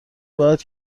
باید